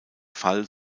fall